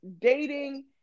dating